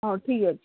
ହଉ ଠିକ୍ ଅଛି